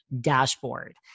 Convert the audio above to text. dashboard